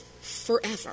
forever